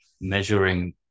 measuring